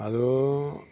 അത്